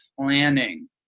planning